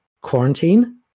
Quarantine